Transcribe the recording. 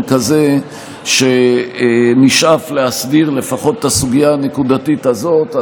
כזה שנשאף להסדיר לפחות את הסוגיה הנקודתית הזאת.